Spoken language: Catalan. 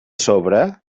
sobre